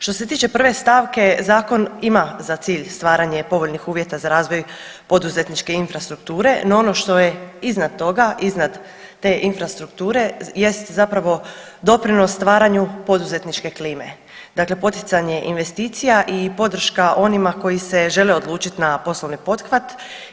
Što se tiče prve stavke zakon ima za cilj stvaranje povoljnih uvjeta za razvoj poduzetničke infrastrukture, no ono što je iznad toga, iznad te infrastrukture jest zapravo doprinos stvaranju poduzetničke klime, dakle poticanje investicija i podrška onima koji se žele odlučiti na poslovni pothvat.